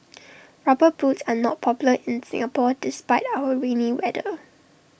rubber boots are not popular in Singapore despite our rainy weather